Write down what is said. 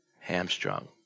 hamstrung